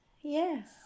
Yes